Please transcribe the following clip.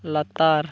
ᱞᱟᱛᱟᱨ